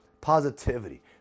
positivity